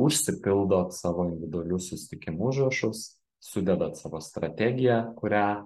užsipildot savo individualių susitikimų užrašus sudedat savo strategiją kurią